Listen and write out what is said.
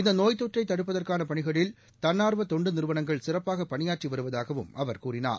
இந்த நோய் தொற்றை தடுப்பதற்கான பணிகளில் தன்னார்வ தொண்டு நிறுவனங்கள் சிறப்பாக பணியாற்றி வருவதாகவும் அவர் கூறினார்